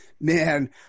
Man